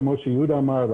כמו שיהודה אמר,